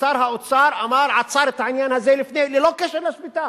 ושר האוצר עצר את העניין הזה ללא קשר לשביתה,